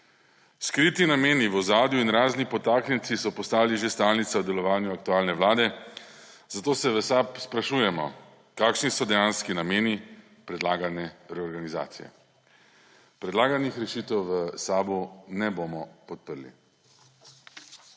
Skriti nameni v ozadju in razni podtaknjenci so postali že stalnica v delovanju aktualne vlade, zato se v SAB sprašujemo, kakšni so dejanski nameni predlagane reorganizacije. Predlaganih rešitev v SAB-u ne bomo podprli.